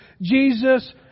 Jesus